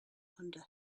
under